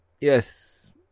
yes